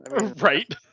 right